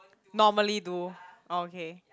normally do okay